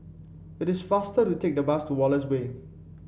it is faster to take the bus to Wallace Way